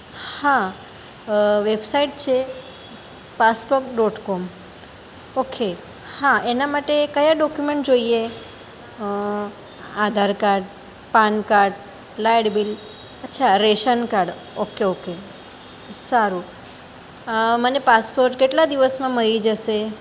હા વેબસાઇડ છે passport dot com okay હા એના માટે કયા ડોક્યુમેન્ટ જોઈએ Aadhaar card PAN card light bill અચ્છા રેશન કાર્ડ ઓકે ઓકે સારું મને પાસપોર્ટ કેટલા દિવસમાં મળી જશે